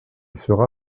sera